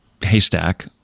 Haystack